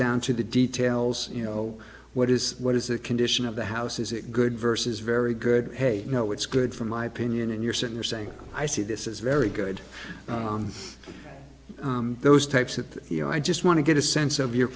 down to the details you know what is what is the condition of the house is it good versus very good hey you know it's good for my opinion and you're sitting there saying i see this is very good those types of you know i just want to get a sense of your